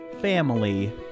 Family